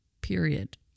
Period